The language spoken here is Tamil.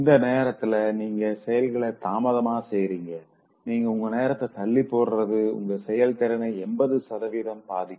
இந்த நேரத்திலதா நீங்க செயல்கள தாமதமா செய்றீங்க நீங்க உங்க நேரத்த தள்ளிப்போடுறது உங்க செயல்திறன 80 பாதிக்கும்